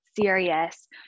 serious